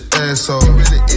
asshole